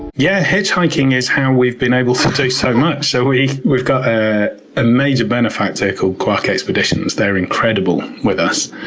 yeah hitchhiking is how we've been able so to do so much. so we've we've got a ah major benefactor called quark expeditions. they're incredible with us.